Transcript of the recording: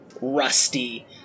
Rusty